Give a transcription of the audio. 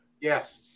Yes